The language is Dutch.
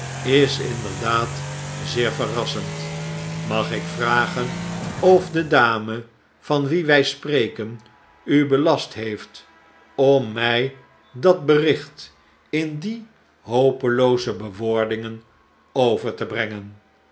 is inderdaad zeer verrassend mag ik vragen of de dame van wie wij spreken u belast heeft om mij dat bericht in die hopelooze bewoordingen over te brengen